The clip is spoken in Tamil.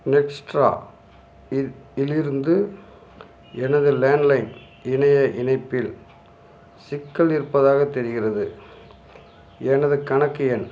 நெக்ஸ்ட்ரா இ இலிருந்து எனது லேண்ட்லைன் இணைய இணைப்பில் சிக்கல் இருப்பதாகத் தெரிகிறது எனது கணக்கு எண்